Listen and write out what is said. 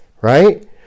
right